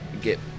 get